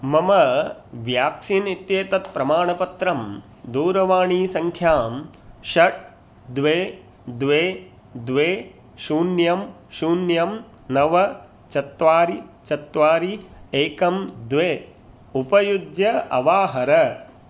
मम व्याक्सीन् इत्येतत् प्रमाणपत्रं दूरवाणीसङ्ख्यां षट् द्वे द्वे द्वे शून्यं शून्यं नव चत्वारि चत्वारि एकं द्वे उपयुज्य अवाहर